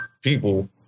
people